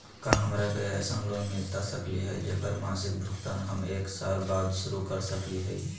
का हमरा के ऐसन लोन मिलता सकली है, जेकर मासिक भुगतान हम एक साल बाद शुरू कर सकली हई?